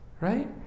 Right